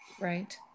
Right